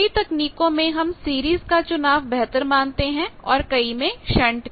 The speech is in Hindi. कई तकनीकों में हम सीरीज का चुनाव बेहतर मानते हैं और कई में शंट का